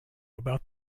about